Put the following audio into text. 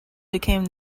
became